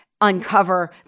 uncover